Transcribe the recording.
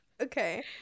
Okay